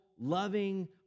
loving